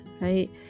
right